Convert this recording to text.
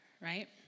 right